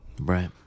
Right